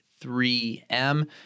3M